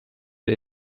der